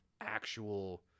actual